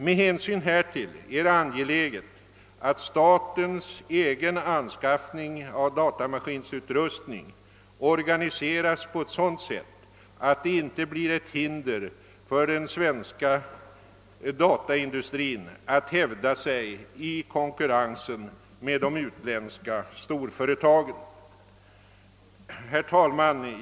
Med hänsyn härtill är det väsentligt att statens egen anskaffning av datamaskinutrustning organiseras på ett sådant sätt att den inte blir ett hinder för den svenska dataindustrin att hävda sig i konkurrensen med de utländska storföretagen. Herr talman!